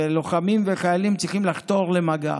ולוחמים וחיילים צריכים לחתור למגע